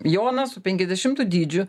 jonas su penkiasdešimtu dydžiu